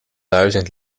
duizend